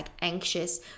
anxious